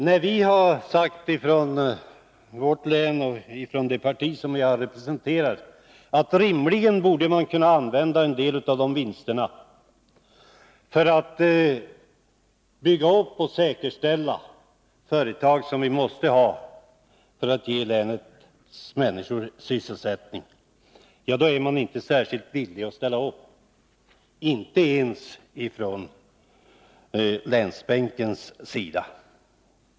När vi från vårt län, och från det parti som jag representerar, har sagt att man rimligen borde kunna använda en del av dessa vinster för att bygga upp och säkerställa företag som vi måste ha för att ge länets människor sysselsättning — ja, då är man inte särskilt villig att ställa upp, inte ens från länsbänkens sida.